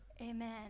Amen